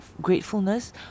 gratefulness